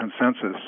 consensus